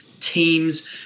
teams